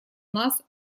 нас